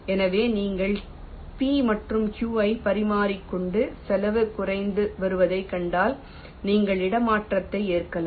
எனவே நீங்கள் p மற்றும் q ஐ பரிமாறிக்கொண்டு செலவு குறைந்து வருவதைக் கண்டால் நீங்கள் இடமாற்றத்தை ஏற்கலாம்